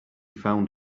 found